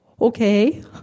okay